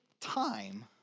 time